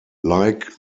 like